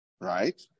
right